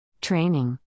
Training